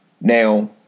Now